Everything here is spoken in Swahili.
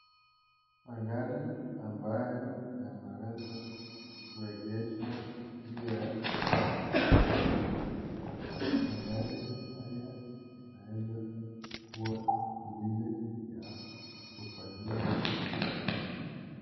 magari ambayo yameweza kuegeshwa. magari haya yanaweza kuwa nyingine ya kufanyia.